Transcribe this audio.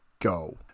go